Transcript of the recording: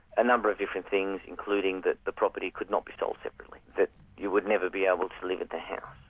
a number of different things, including that the property could not be sold separately, that you would never be able to live at the house,